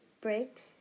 breaks